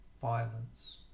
violence